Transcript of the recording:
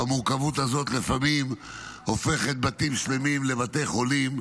והמורכבות הזאת לפעמים הופכת בתים שלמים לבתי חולים,